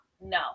No